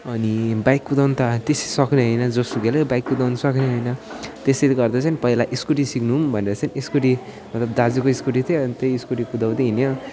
अनि बाइक कुदाउनु त त्यसै सक्ने होइन जोसुकैले बाइक कुदाउनुसक्ने होइन त्यसरी गर्दा चाहिँ पहिला स्कुटी सिक्नु भनेर चाहिँ स्कुटी मतलब दाजुको स्कुटी थियो त्यहीँ स्कुटी कुदाउँदै हिँड्यौँ